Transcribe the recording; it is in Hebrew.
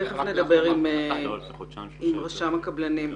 טוב, תכף נדבר עם רשם הקבלנים.